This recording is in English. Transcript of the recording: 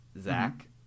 Zach